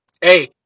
Hey